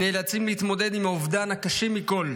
והם נאלצים להתמודד עם האובדן הקשה מכול,